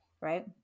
right